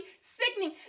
Sickening